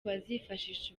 bazifashisha